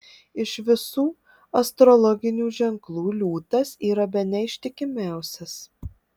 iš visų astrologinių ženklų liūtas yra bene ištikimiausias